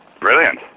Brilliant